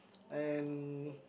and